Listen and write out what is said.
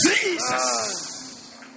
Jesus